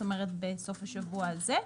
זאת אומרת בסוף השבוע הזה.